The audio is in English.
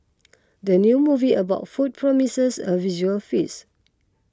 the new movie about food promises a visual feast